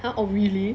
!huh! oh really